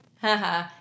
Haha